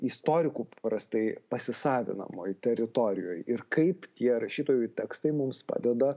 istorikų prastai pasisavinamoj teritorijoj ir kaip tie rašytojų tekstai mums padeda